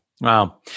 Wow